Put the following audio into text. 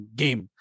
game